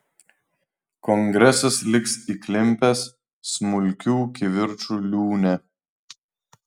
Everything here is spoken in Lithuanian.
kongresas liks įklimpęs smulkių kivirčų liūne